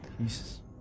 Jesus